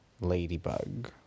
ladybug